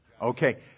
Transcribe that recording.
okay